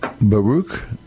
Baruch